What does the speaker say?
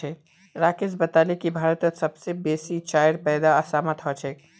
राकेश बताले की भारतत सबस बेसी चाईर पैदा असामत ह छेक